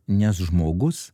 nes žmogus